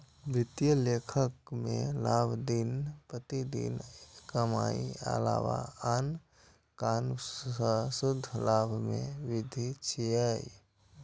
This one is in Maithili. वित्तीय लेखांकन मे लाभ दिन प्रतिदिनक कमाइक अलावा आन कारण सं शुद्ध लाभ मे वृद्धि छियै